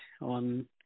on